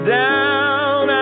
down